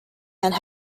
and